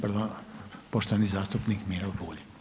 Prvi poštovani zastupnik Miro Bulj.